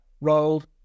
rolled